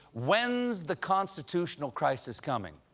when is the constitutional crisis coming?